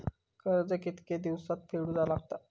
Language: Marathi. कर्ज कितके दिवसात फेडूचा लागता?